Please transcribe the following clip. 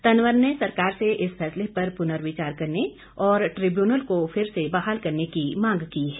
तनवर ने सरकार से इस फैसले पर पुनर्विचार करने और ट्रिब्यूनल को फिर से बहाल करने की मांग की है